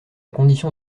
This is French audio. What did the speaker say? condition